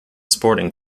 sporting